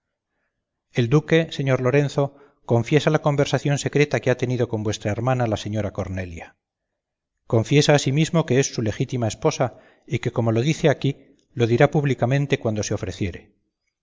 el duque señor lorenzo confiesa la conversación secreta que ha tenido con vuestra hermana la señora cornelia confiesa asimismo que es su legítima esposa y que como lo dice aquí lo dirá públicamente cuando se ofreciere